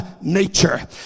nature